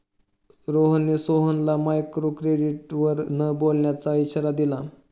रोहनने सोहनला मायक्रोक्रेडिटवर न बोलण्याचा इशारा दिला